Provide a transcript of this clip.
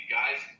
guys